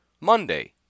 Monday